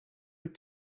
wyt